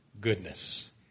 goodness